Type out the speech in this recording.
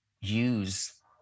use